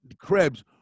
Krebs